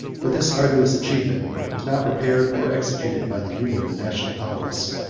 but this arduous achievement was not prepared or executed by the union of national powers.